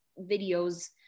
videos